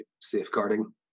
safeguarding